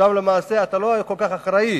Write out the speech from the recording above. ושם למעשה אתה לא כל כך אחראי.